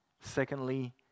Secondly